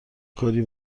کاری